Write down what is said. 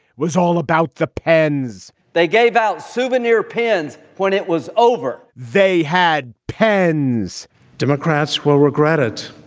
was all about the pens. they gave out souvenir pens when it was over. they had pens democrats will regret it